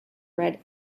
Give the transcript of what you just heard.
red